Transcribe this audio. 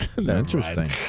Interesting